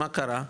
מה קרה?